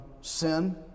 sin